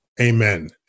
Amen